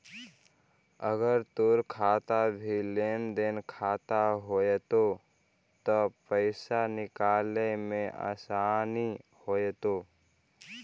अगर तोर खाता भी लेन देन खाता होयतो त पाइसा निकाले में आसानी होयतो